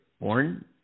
born